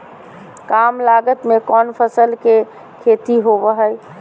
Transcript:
काम लागत में कौन फसल के खेती होबो हाय?